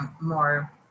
more